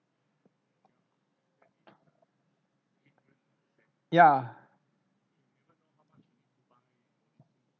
ya